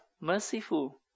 merciful